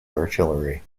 artillery